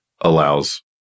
allows